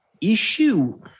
issue